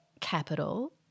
capital